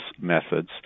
methods